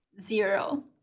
Zero